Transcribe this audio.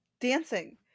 Dancing